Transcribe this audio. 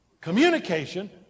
communication